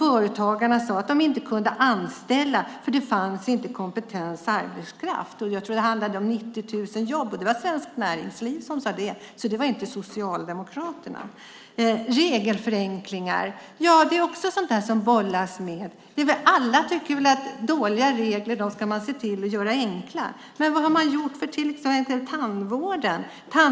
Företagarna sade att det inte kunde anställa, för det fanns inte kompetent arbetskraft. Det handlade om 90 000 jobb. Det var Svenskt Näringsliv som sade det, inte Socialdemokraterna. Regelförenklingar är också sådant som det bollas med. Alla tycker att dåliga regler ska göras enkla. Men vad har man gjort för till exempel tandvården?